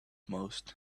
most